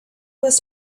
was